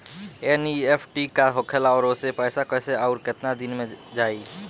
NEFT का होखेला और ओसे पैसा कैसे आउर केतना दिन मे जायी?